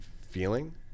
feeling